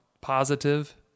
positive